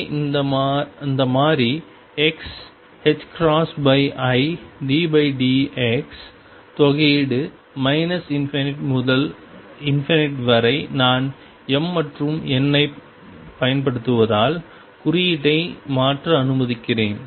உள்ளே இந்த மாறி xiddx தொகையீடு ∞ முதல் வரை நான் m மற்றும் n ஐப் பயன்படுத்துவதால் குறியீட்டை மாற்ற அனுமதிக்கிறேன்